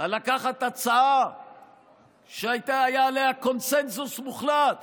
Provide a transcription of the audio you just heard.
על לקיחת הצעה שהיה עליה קונצנזוס מוחלט